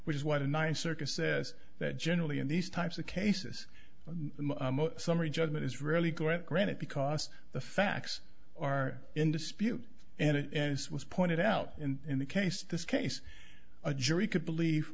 which is why the ninth circuit says that generally in these types of cases the summary judgment is really great granted because the facts are in dispute and as was pointed out in the case this case a jury could believe